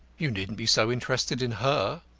you needn't be so interested in her,